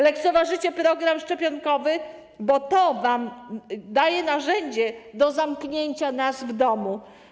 Lekceważycie program szczepionkowy, bo to wam daje narzędzie do zamknięcia nas w domu.